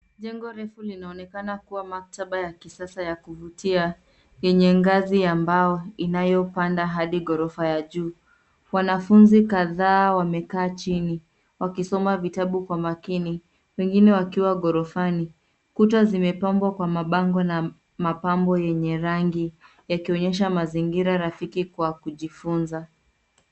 Jengo refu linaonekana kuwa maktaba ya kisasa ya kuvutia, yenye ngazi ya mbao inayopanda hadi ghorofa ya juu. Wanafunzi kadhaa wamekaa chini wakisoma vitabu kwa makini, wengine wakiwa ghorofani. Kuta zimepambwa kwa mabango na mapambo yenye rangi. Yakionyesha mazingira rafiki kwa kujifunza.